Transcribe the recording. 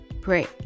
pray